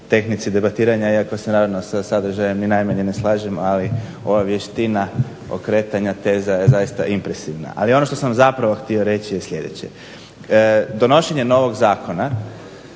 tehnici debatiranja, iako se naravno sa sadržajem ni najmanje ne slažem. Ali ova vještina teza je zaista impresivna. Ali ono što sam zapravo htio reći je sljedeće. Donošenje novog zakona